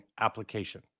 application